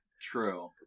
True